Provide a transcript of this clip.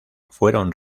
fueron